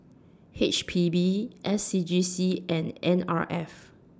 H P B S C G C and N R F